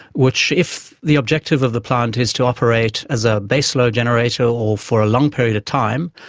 which, if the objective of the plant is to operate as a baseload generator or for a long period of time,